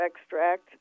extract